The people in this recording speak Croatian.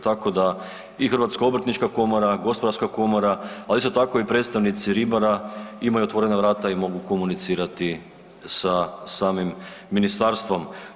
Tako da i Hrvatska obrtnička komora, gospodarska komora, a isto tako i predstavnici ribara imaju otvorena vrata i mogu komunicirati sa samim ministarstvom.